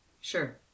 Sure